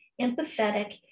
empathetic